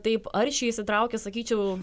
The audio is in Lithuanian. taip aršiai įsitraukė sakyčiau